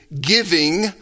giving